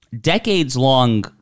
decades-long